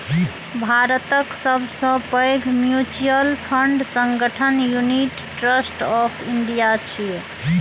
भारतक सबसं पैघ म्यूचुअल फंड संगठन यूनिट ट्रस्ट ऑफ इंडिया छियै